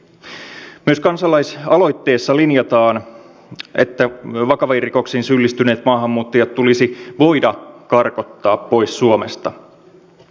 myös kansalaisaloitteessa linjataan että vakaviin rikoksiin syyllistyneet maahanmuuttajat tulisi voida karkottaa pois suomesta